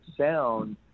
sound